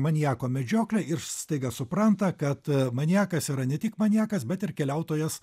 maniako medžioklę ir staiga supranta kad maniakas yra ne tik maniakas bet ir keliautojas